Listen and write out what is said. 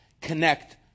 connect